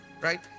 right